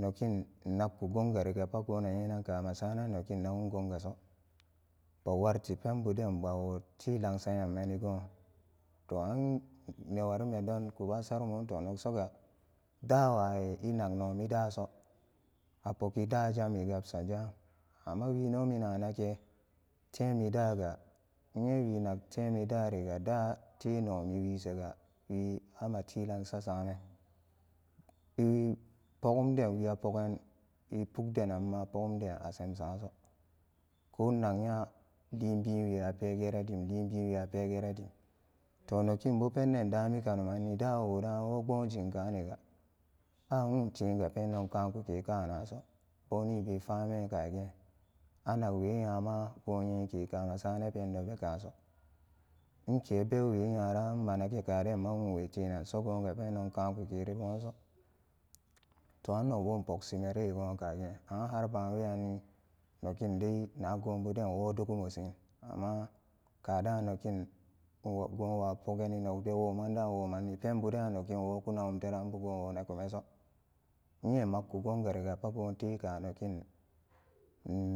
Nokin nnakku gongari ga ri ga pat goon a nyenan goon gaso pokwarti penbuden bawoti lanksan nyammani goo to an newarimedon kuba saruran ton nok soga daawat i nak nomi daaso a pogi daa jam i gabsan jam amma wi noon mina naken teem i daa ga nyewi nak te i daa riga daa te nomi wi shega ama ti lan k san samen i pogun dewia pogan i puk denan na pogumde a semsaaod koo nnagnya liin bin we a pegeran dim liin bin we a pegeran dim to nokin bo pen den damikanumanni daworan woopbom jim kaaniga a nwuun teen ga pendon daamumso ke kanaso boni be famin kagi anak we nyama goon nyike ka pendona kaanteso nke bebwe wara nma nagan kaden nma wuun we teenan so goonga pendon kamkukeri boonso toh an nok bo npok simere goon kagi har baan weyanni nokin dai na goon buden wodugu mosin amma kadaan nokin goonwagi a de woman da woomanni penbudaan nokovo kunaguma teran goon wo nakumanteso nyen makku gongari ga pat goon nyeke ka nokin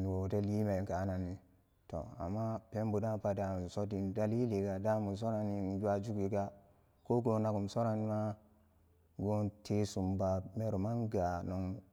wo de liiman kaani toh amma penbudaan pa damumso dim daliliga damum soranni nba juguga ko goon nagum soranma goon tesum ba meruman gaa.